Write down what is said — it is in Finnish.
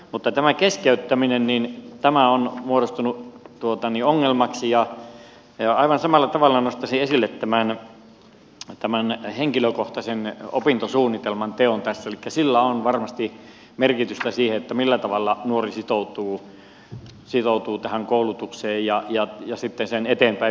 mutta keskeyttäminen on muodostunut ongelmaksi ja aivan samalla tavalla nostaisin esille tämän henkilökohtaisen opintosuunnitelman teon tässä elikkä sillä on varmasti merkitystä sille millä tavalla nuori sitoutuu tähän koulutukseen ja sitten sen eteenpäinviemiseen